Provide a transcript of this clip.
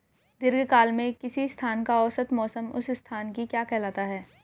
दीर्घकाल में किसी स्थान का औसत मौसम उस स्थान की क्या कहलाता है?